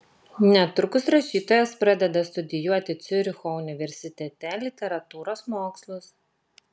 netrukus rašytojas pradeda studijuoti ciuricho universitete literatūros mokslus